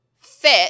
fit